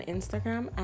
Instagram